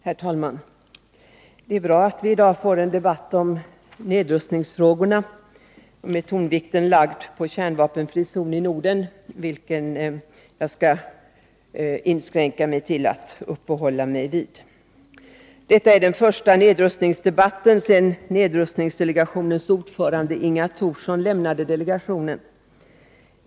Herr talman! Det är bra att vi i dag får en debatt om nedrustningsarbetet med tonvikten lagd på frågan om en kärnvapenfri zon i Norden, vilken jag skall inskränka mig till att uppehålla mig vid. Detta är den första nedrustningsdebatten sedan nedrustningsdelegationens ordförande Inga Thorsson lämnade delegationen.